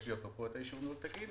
יש לי פה את האישור של ניהול תקין,